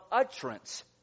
utterance